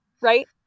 right